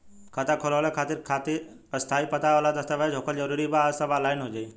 खाता खोलवावे खातिर स्थायी पता वाला दस्तावेज़ होखल जरूरी बा आ सब ऑनलाइन हो जाई?